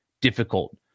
difficult